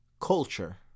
culture